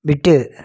விட்டு